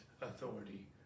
authority